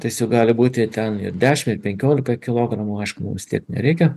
tiesiog gali būti ten ir dešimt ir penkiolika kilogramų aišku mums tiek nereikia